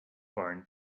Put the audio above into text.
barn